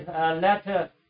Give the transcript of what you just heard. let